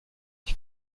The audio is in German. ich